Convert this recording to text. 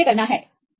तो यह कैसे करना है